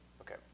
okay